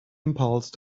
impulse